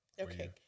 okay